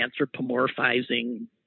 anthropomorphizing